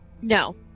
No